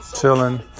chilling